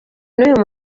n’uyu